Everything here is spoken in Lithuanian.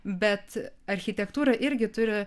bet architektūra irgi turi